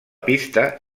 pista